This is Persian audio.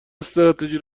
استراتژی